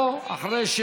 לא אחרי,